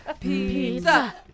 Pizza